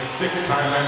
six-time